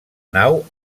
nau